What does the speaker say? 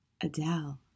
adele